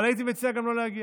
אבל הייתי מציע גם לא להגיע.